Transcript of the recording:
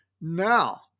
Now